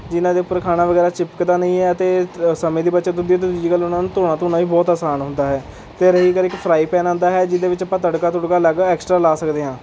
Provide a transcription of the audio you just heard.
ਜਿਹਨਾਂ ਦੇ ਉੱਪਰ ਖਾਣਾ ਵਗੈਰਾ ਚਿੱਪਕਦਾ ਨਹੀਂ ਹੈ ਅਤੇ ਇਸ ਤਰ੍ਹਾਂ ਸਮੇਂ ਦੀ ਬੱਚਤ ਹੁੰਦੀ ਹੈ ਅਤੇ ਦੂਜੀ ਗੱਲ ਉਹਨਾਂ ਨੂੰ ਧੌਣਾ ਧੁਣਾ ਵੀ ਬਹੁਤ ਅਸਾਨ ਹੁੰਦਾ ਹੈ ਅਤੇ ਰਹੀ ਗੱਲ ਇੱਕ ਫ਼ਰਾਈਪੈਨ ਆਉਂਦਾ ਹੈ ਜਿਹਦੇ ਵਿੱਚ ਆਪਾਂ ਤੜਕਾ ਤੁੜਕਾ ਅਲੱਗ ਐਕਸਟਰਾਂ ਲਗਾ ਸਕਦੇ ਹਾਂ